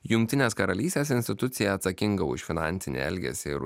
jungtinės karalystės institucija atsakinga už finansinį elgesį ir